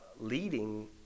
leading